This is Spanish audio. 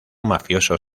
mafioso